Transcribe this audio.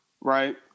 right